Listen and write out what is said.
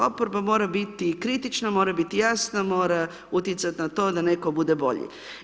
Oporba mora biti kritična, mora biti jasna, mora utjecat na to da neko bude bolji.